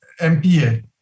MPA